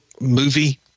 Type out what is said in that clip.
movie